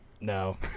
No